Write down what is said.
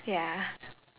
ya